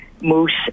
moose